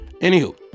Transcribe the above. Anywho